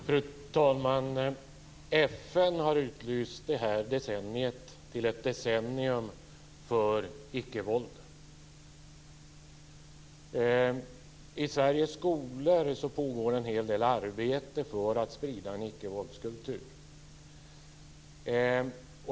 Fru talman! FN har utlyst det här decenniet som ett decennium för icke-våld. I Sveriges skolor pågår en hel del arbete för att sprida en icke-våldskultur.